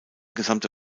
gesamte